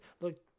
Look